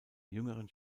jüngeren